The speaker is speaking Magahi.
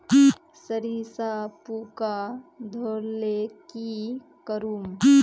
सरिसा पूका धोर ले की करूम?